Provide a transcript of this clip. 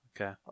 Okay